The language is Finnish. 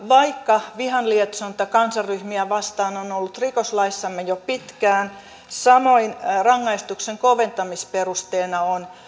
vaikka vihanlietsonta kansanryhmiä vastaan on on ollut rikoslaissamme jo pitkään samoin rangaistuksen koventamisperusteena on